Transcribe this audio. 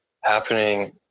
happening